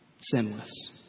sinless